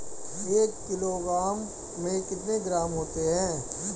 एक किलोग्राम में कितने ग्राम होते हैं?